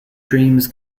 dreams